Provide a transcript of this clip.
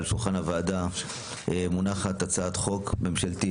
על שולחן הוועדה מונחת הצעת חוק ממשלתית